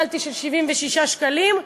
כל מי שחבר ב"שופרסל" אני קיבלתי של 76 שקלים,